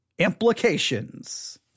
implications